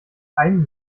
kein